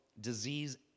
disease